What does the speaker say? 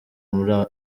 muri